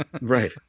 Right